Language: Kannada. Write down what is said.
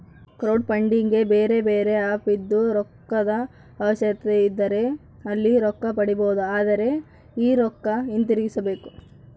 ಕ್ರೌಡ್ಫಂಡಿಗೆ ಬೇರೆಬೇರೆ ಆಪ್ ಇದ್ದು, ರೊಕ್ಕದ ಅವಶ್ಯಕತೆಯಿದ್ದರೆ ಅಲ್ಲಿ ರೊಕ್ಕ ಪಡಿಬೊದು, ಆದರೆ ಈ ರೊಕ್ಕ ಹಿಂತಿರುಗಿಸಬೇಕು